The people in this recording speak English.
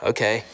Okay